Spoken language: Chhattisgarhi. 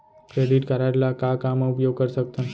क्रेडिट कारड ला का का मा उपयोग कर सकथन?